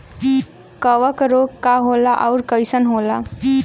कवक रोग का होला अउर कईसन होला?